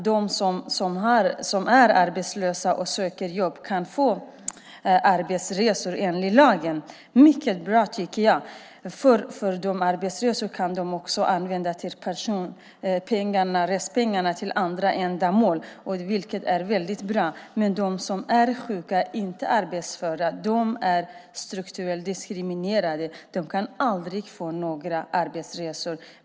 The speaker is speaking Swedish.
De som är arbetslösa och söker jobb kan enligt lagen få resorna betalda, vilket är mycket bra. De som får arbetsresor kan samtidigt använda respengarna till andra ändamål, vilket är bra. Men de som är sjuka, inte är arbetsföra, de strukturellt diskriminerade, kan aldrig få några arbetsresor.